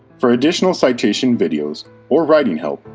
for additional citation videos or writing help,